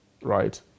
right